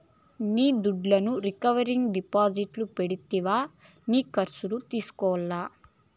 నీ దుడ్డును రికరింగ్ డిపాజిట్లు పెడితివా నీకస్సలు రిస్కులా